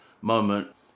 moment